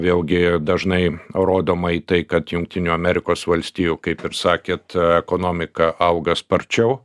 vėlgi dažnai rodoma į tai kad jungtinių amerikos valstijų kaip ir sakėt ekonomika auga sparčiau